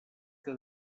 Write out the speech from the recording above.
que